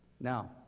Now